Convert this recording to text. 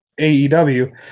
AEW